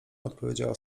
odpowiedziała